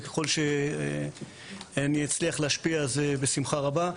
וככל שאני אצליח להשפיע, אז בשמחה רבה.